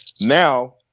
Now